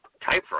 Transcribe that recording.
typewriter